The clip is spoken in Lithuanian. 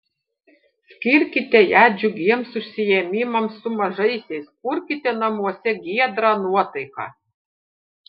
skirkite ją džiugiems užsiėmimams su mažaisiais kurkite namuose giedrą nuotaiką